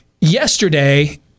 Yesterday